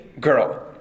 girl